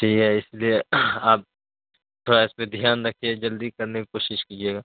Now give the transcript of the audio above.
ٹھیک ہے اس لیے آپ تھوڑا اس پہ دھیان رکھیے جلدی کرنے کی کوشش کیجیے گا